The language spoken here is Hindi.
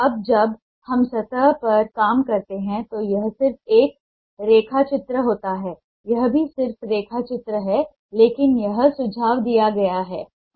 अब जब हम सतह पर काम करते हैं तो यह सिर्फ एक रेखाचित्र होता है यह भी सिर्फ रेखा चित्र है लेकिन यह सुझाव दिया गया है